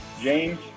James